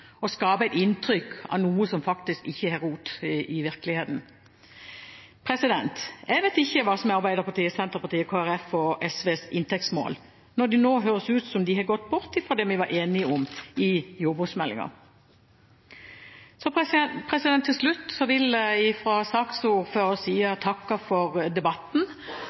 inntrykk av noe som faktisk ikke har rot i virkeligheten. Jeg vet ikke hva som er inntektsmålet til Arbeiderpartiet, Senterpartiet, Kristelig Folkeparti og SV, når det nå høres ut som om de har gått bort fra det vi var enige om i forbindelse med jordbruksmeldingen. Til slutt vil jeg som saksordfører takke for debatten